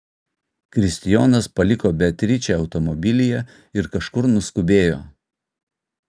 kristijonas paliko beatričę automobilyje ir kažkur nuskubėjo